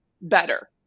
better